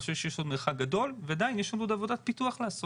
אני חושב שיש עוד מרחק גדול ועדיין יש לנו עוד עבודת פיתוח לעשות.